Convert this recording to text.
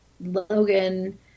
Logan